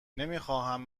نمیخواهم